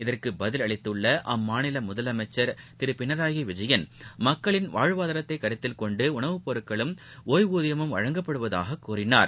இதற்குபதிலளித்துள்ளஅம்மாநிலமுதலமைச்சர் திருபினராயிவிஜயன் மக்களின் வாழ்வாதாரத்தைகருத்தில் கொண்டுஉணவு பொருள்களும் மற்றும் ஒய்வூதியமும் வழங்கப்படுவதாககூறினார்